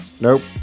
Nope